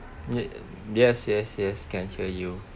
ye~ yes yes yes can hear you